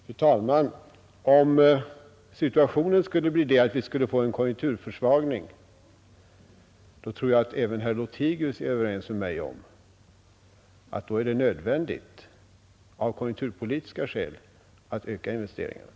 Fru talman! Om situationen skulle bli sådan att vi fick en konjunkturförsvagning, då tror jag även herr Lothigius skulle vara överens med mig om att det vore nödvändigt av konjunkturpolitiska skäl att öka investeringarna.